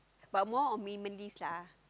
but more on minimalist lah